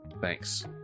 Thanks